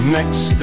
Next